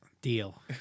Deal